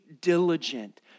diligent